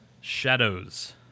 Shadows